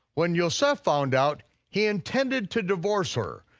when yoseph found out, he intended to divorce her.